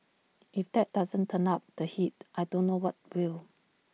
if that doesn't turn up the heat I don't know what will